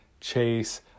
Chase